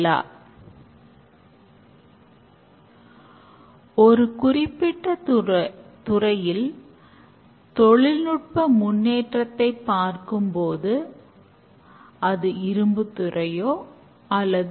மேலும் இதில் மின் உபயோகத்தை குறைத்தல் சேமித்த பிரதிதகவல்களை cloud தொழில்நுட்ப கட்டமைப்புக்கு நேரடியாக அனுப்புவது ஆகியவையும் உள்ளன